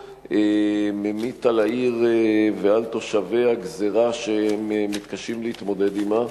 ממיטים על העיר ועל תושביה גזירה שהם מתקשים להתמודד עמה.